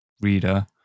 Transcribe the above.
reader